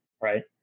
Right